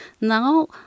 Now